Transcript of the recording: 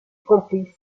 complice